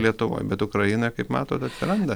lietuvoj bet ukraina kaip matot atsiranda